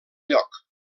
lloc